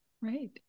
Right